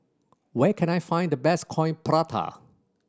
where can I find the best Coin Prata